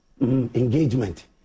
engagement